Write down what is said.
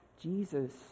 Jesus